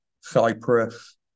cyprus